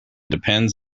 depends